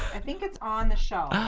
i think it's on the show.